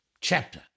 chapter